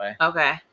Okay